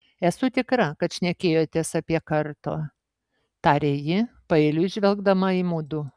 esu tikra kad šnekėjotės apie karto tarė ji paeiliui žvelgdama į mudu